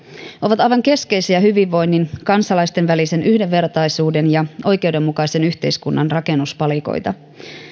ovat aivan keskeisiä hyvinvoinnin kansalaisten välisen yhdenvertaisuuden ja oikeudenmukaisen yhteiskunnan rakennuspalikoita